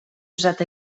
usat